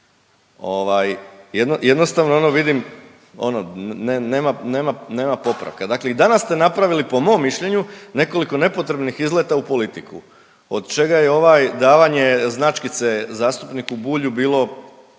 jednostavno vidim ono nema, nema popravka. Dakle, i danas ste napravili po mom mišljenju nekoliko nepotrebnih izleta u politiku od čega je ovaj davanje značkice zastupniku Bulju bilo